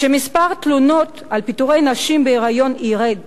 שמספר התלונות על פיטורי נשים בהיריון ירד,